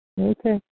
Okay